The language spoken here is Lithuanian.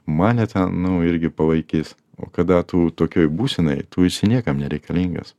mane ten nu irgi palaikys o kada tu tokioj būsenoj tu esi niekam nereikalingas